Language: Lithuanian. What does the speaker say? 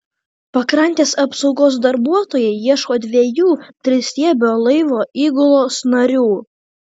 pakrantės apsaugos darbuotojai ieško dviejų tristiebio laivo įgulos narių